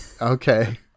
Okay